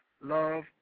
love